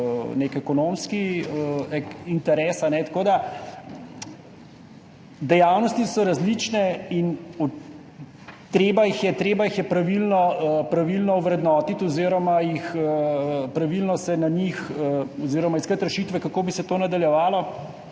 nek ekonomski interes. Tako da dejavnosti so različne in treba jih je pravilno ovrednotiti oziroma iskati rešitve, kako bi se to nadaljevalo.